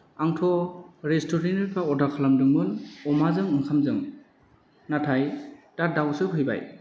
आंथ' restaurant order खालामदोंमोन अमाजों ओंखामजों नाथाय दा दावसो फैबाय